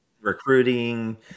recruiting